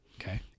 Okay